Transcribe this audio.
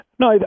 No